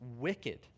wicked